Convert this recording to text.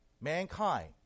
mankind